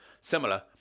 similar